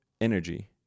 energy